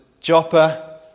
Joppa